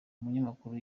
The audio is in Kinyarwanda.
umunyamakuru